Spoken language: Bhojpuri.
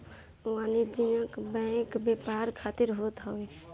वाणिज्यिक बैंक व्यापार खातिर होत हवे